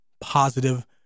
positive